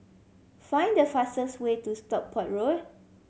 find the fastest way to Stockport Road